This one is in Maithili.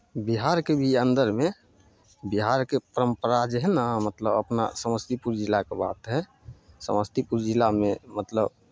बिहारके भी अन्दरमे बिहारके परम्परा जे हइ ने मतलब अपना समस्तीपुर जिलाके बात हइ समस्तीपुर जिलामे मतलब